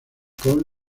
con